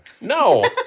No